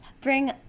bring